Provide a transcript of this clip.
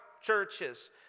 churches